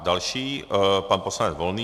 Další pan poslanec Volný.